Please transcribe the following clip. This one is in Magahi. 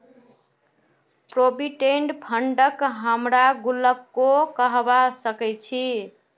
प्रोविडेंट फंडक हमरा गुल्लको कहबा सखछी